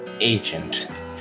agent